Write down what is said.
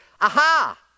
Aha